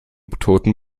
toten